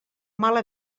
mala